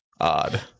odd